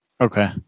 Okay